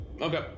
Okay